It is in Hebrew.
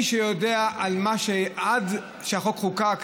מי שיודע על ההשלכה עד שהחוק חוקק,